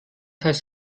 heißt